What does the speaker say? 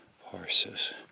horses